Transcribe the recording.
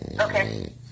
Okay